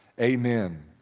Amen